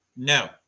no